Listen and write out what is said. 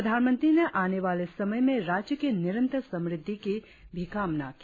प्रधानमंत्री ने आने वाले समय में राज्य की निरंतर समृद्धि की भी कामना की